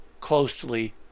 closely